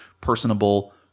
personable